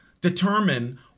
determine